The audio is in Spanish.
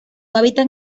hábitat